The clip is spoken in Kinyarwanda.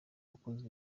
wakoze